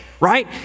Right